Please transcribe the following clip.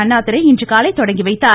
அண்ணாதுரை இன்றுகாலை தொடங்கி வைத்தார்